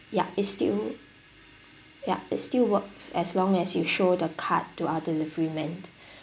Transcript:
ya it's still wo~ ya it's still works as long as you show the card to our delivery man